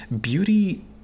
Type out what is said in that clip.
beauty